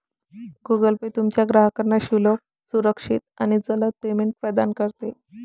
Google Pay तुमच्या ग्राहकांना सुलभ, सुरक्षित आणि जलद पेमेंट प्रदान करते